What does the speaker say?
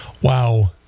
Wow